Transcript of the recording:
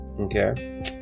okay